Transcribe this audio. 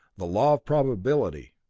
the law of probability.